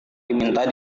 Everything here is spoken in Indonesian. diminta